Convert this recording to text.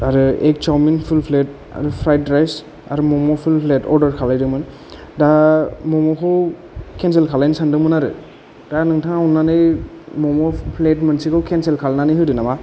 आरो egg chowmein full plate आरो fried rice आरो मम' फुल प्लेत अर्दार खालायदोंमोन दा मम' खौ केन्सेल खालायनो सानदोंमोन आरो दा नोंथाङा अननानै मम' प्लेट मोनसेखौ केन्सेल खालायनानै होदो नामा